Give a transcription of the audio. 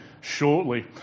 shortly